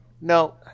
No